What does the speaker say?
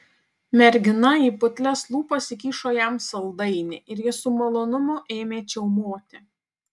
mergina į putlias lūpas įkišo jam saldainį ir jis su malonumu ėmė čiaumoti